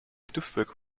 duftwolke